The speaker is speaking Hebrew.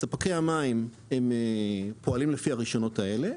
ספקי המים פועלים לפי הרישיונות האלה.